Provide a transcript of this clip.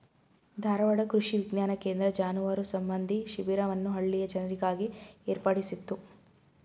ಧಾರವಾಡ ಕೃಷಿ ವಿಜ್ಞಾನ ಕೇಂದ್ರ ಜಾನುವಾರು ಸಂಬಂಧಿ ಶಿಬಿರವನ್ನು ಹಳ್ಳಿಯ ಜನರಿಗಾಗಿ ಏರ್ಪಡಿಸಿತ್ತು